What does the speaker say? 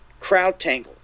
CrowdTangle